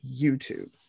YouTube